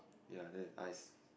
ya then with ice